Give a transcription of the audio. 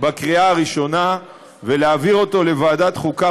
בקריאה הראשונה ולהעביר אותו לוועדת החוקה,